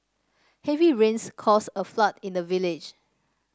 heavy rains caused a flood in the village